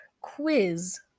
quiz